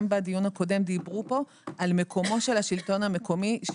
גם בדיון הקודם דובר פה על מיקומו של השלטון המקומי.